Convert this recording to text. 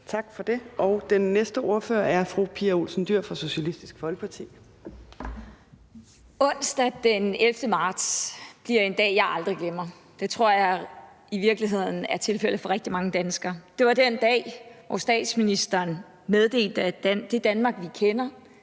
Tak for det. Den næste ordfører er fru Pia Olsen Dyhr fra Socialistisk Folkeparti. Kl. 15:08 (Ordfører) Pia Olsen Dyhr (SF): Onsdag den 11. marts bliver en dag, jeg aldrig glemmer. Det tror jeg i virkeligheden er tilfældet for rigtig mange danskere. Det var den dag, hvor statsministeren meddelte, at det Danmark, vi kender,